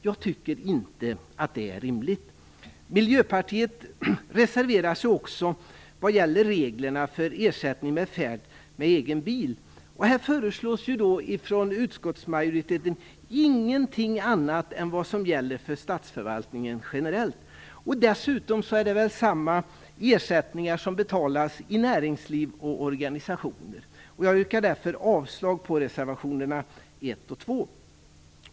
Jag tycker inte att det är rimligt. Miljöpartiet reserverar sig också vad gäller reglerna för ersättning för färd med egen bil. Här föreslår utskottsmajoriteten ingenting annat än vad som gäller för statsförvaltningen generellt. Dessutom är det väl samma ersättningar som betalas i näringsliv och organisationer. Jag yrkar därför avslag på reservationerna 1 och 2.